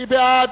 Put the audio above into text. מי בעד?